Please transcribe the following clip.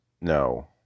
No